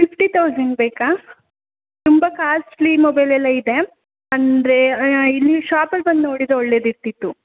fifty thousand ಬೇಕಾ ತುಂಬ costly ಮೊಬೈಲೆಲ್ಲ ಇದೆ ಅಂದರೆ ನೀವು ಶಾಪಲ್ಲಿ ಬಂದು ನೋಡಿದರೆ ಒಳ್ಳೆಯದಿರ್ತಿತ್ತು